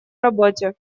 работе